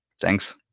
Thanks